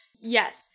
yes